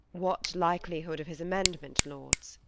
what likelihood of his amendment, lords?